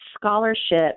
scholarship